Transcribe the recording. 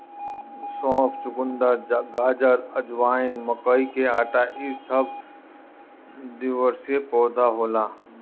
सौंफ, चुकंदर, गाजर, अजवाइन, मकई के आटा इ सब द्विवर्षी पौधा होला